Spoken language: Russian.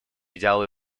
идеалы